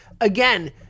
again